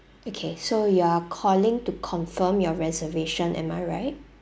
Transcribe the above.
okay so you are calling to confirm your reservation am I right